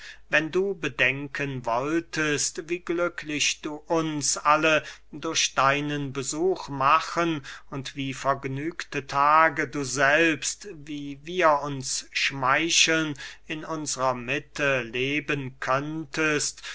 wenn du bedenken wolltest wie glücklich du uns alle durch deinen besuch machen und wie vergnügte tage du selbst wie wir uns schmeicheln in unsrer mitte leben könntest